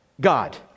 God